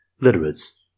Literates